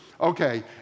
Okay